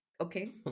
Okay